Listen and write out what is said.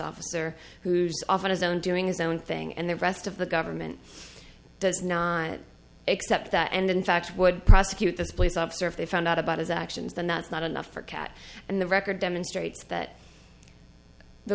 officer who's off on his own doing his own thing and the rest of the government does not accept that and in fact would prosecute this police officer if they found out about his actions then that's not enough for kat and the record demonstrates that the